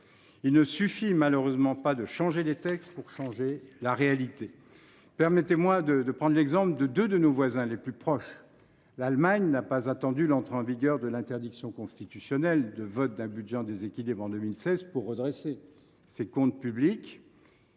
Il ne suffit malheureusement pas de changer les textes pour changer la réalité. Permettez moi de prendre l’exemple de deux de nos voisins les plus proches. L’Allemagne n’a pas attendu l’entrée en vigueur de l’interdiction constitutionnelle de voter un budget en déséquilibre, en 2016, pour redresser ses comptes publics.